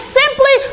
simply